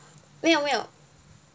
没有没有